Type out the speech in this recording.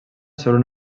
sobre